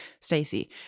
Stacey